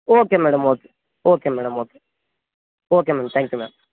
okay madam okay okay madam okay okay ma'am thank you ma'am